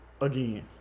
again